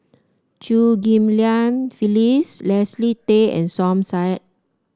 Chew Ghim Lian Phyllis Leslie Tay and Som Said